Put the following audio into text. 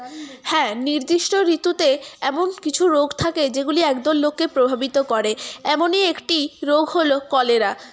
হ্যাঁ নির্দিষ্ট ঋতুতে এবং কিছু রোগ থাকে যেগুলি একদল লোককে প্রভাবিত করে এমনই একটি রোগ হল কলেরা